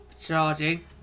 charging